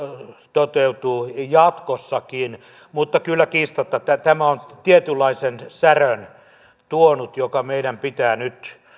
toteutuu jatkossakin mutta kyllä kiistatta tämä on tuonut tietynlaisen särön joka meidän pitää nyt